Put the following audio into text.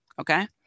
okay